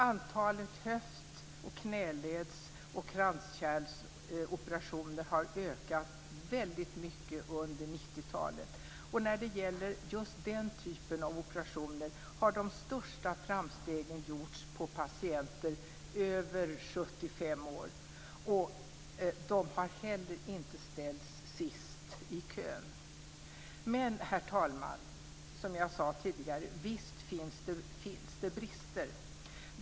Antalet höft-, knäleds och kranskärlsoperationer har ökat mycket under 90-talet. När det gäller den typen av operationer har de största framstegen gjorts på patienter över 75 år. De har inte heller ställts sist i kön. Men, herr talman, visst finns det brister.